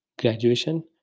graduation